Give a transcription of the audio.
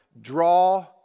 Draw